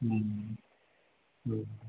हम्म हम्म